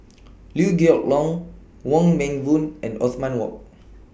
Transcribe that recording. Liew Geok Leong Wong Meng Voon and Othman Wok